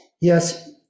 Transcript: Yes